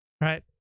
right